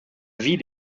ville